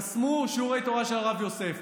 חסמו שיעורי תורה של הרב יוסף.